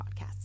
podcast